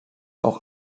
auch